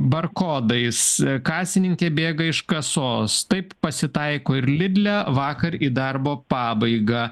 bar kodais kasininkė bėga iš kasos taip pasitaiko ir lidle vakar į darbo pabaigą